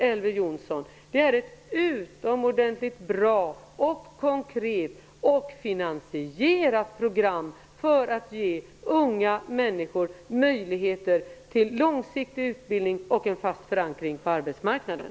Elver Jonsson, är ett utomordentligt bra, konkret och finansierat program för att ge unga människor möjligheter till långsiktig utbildning och till en fast förankring på arbetsmarknaden.